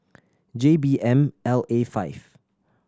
J B M L A five